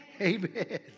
amen